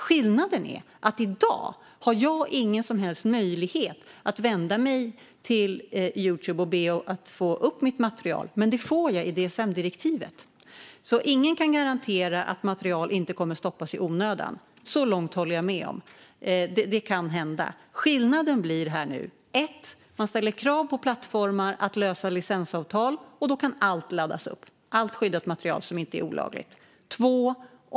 Skillnaden är att jag i dag inte har någon som helst möjlighet att vända mig till Youtube och be dem att lägga upp mitt material. Det får jag i och med DSM-direktivet. Ingen kan alltså garantera att material inte kommer att stoppas i onödan; så långt håller jag med. Det kan hända. Skillnaden blir nu följande: Man ställer krav på plattformar att lösa licensavtal, vilket gör att allt skyddat material som inte är olagligt kan laddas upp.